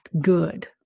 good